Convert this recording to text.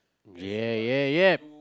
ya ya ya